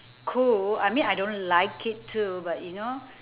cool I mean I don't like it too but you know